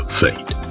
fate